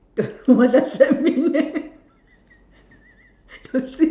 what does that mean eh